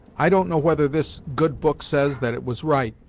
i don't know whether this good book says that it was right,